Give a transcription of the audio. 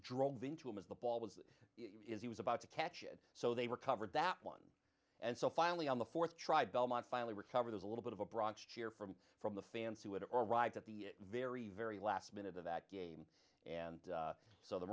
drilled into him as the ball was he was about to catch it so they recovered that one and so finally on the th try belmont finally recover there's a little bit of a bronx cheer from from the fans who would arrive at the very very last minute of that game and so the